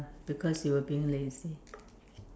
because you were being lazy